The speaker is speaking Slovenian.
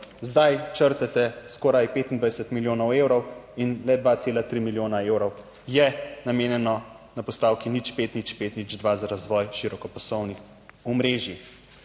zdaj črtate skoraj 25 milijonov evrov in le 2,3 milijona evrov je namenjeno na postavki 050502 za razvoj širokopasovnih omrežij.